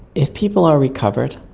if people are recovered,